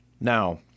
Now